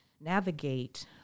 navigate